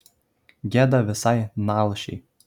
gėda visai nalšiai